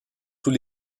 tous